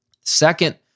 Second